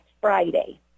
Friday